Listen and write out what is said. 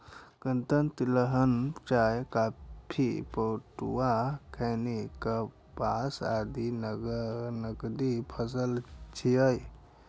गन्ना, तिलहन, चाय, कॉफी, पटुआ, खैनी, कपास आदि नकदी फसल छियै